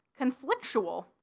conflictual